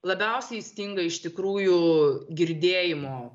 labiausiai stinga iš tikrųjų girdėjimo